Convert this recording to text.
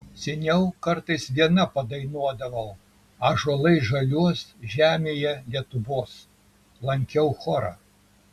seniau kartais viena padainuodavau ąžuolai žaliuos žemėje lietuvos lankiau chorą